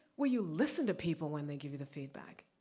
will you listen to people when they give you the feedback?